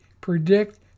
predict